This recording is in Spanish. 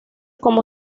cómo